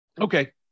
okay